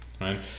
right